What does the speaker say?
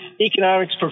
economics